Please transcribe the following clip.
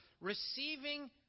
receiving